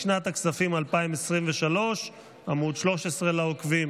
לשנת הכספים 2023. עמ' 13, לעוקבים.